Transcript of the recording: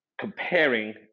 comparing